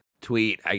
tweet